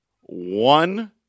one